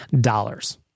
dollars